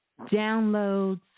downloads